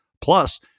plus